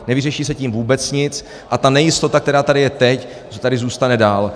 Nevyřeší se tím vůbec nic a ta nejistota, která tady je teď, tady zůstane dál.